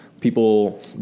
People